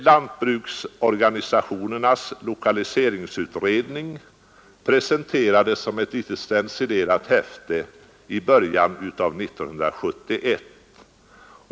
Lantbruksorganisationernas lokaliseringsutredning presenterades som ett litet stencilerat häfte i början av 1971.